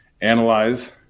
analyze